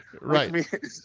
Right